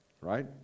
Right